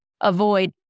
avoid